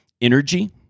energy